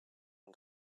and